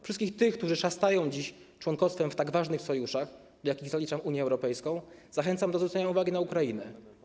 Wszystkich tych, którzy szastają dziś członkostwem w ważnych sojuszach, do których zaliczam Unię Europejską, zachęcam do zwrócenia uwagi na Ukrainę.